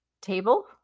table